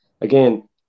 again